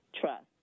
trust